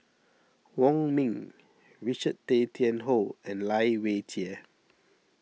Wong Ming Richard Tay Tian Hoe and Lai Weijie